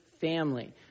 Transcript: family